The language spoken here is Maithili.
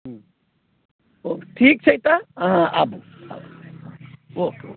हूँ ओ ठीक छै तऽ अहाँ आबू ओके ओके